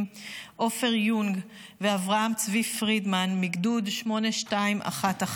עפר יונג ואברהם צבי פרידמן מגדוד 8211